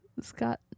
Scott